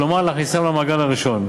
כלומר להכניסם למעגל הראשון,